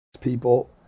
people